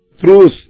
truth